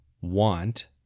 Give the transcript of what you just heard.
want